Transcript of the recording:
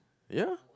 ya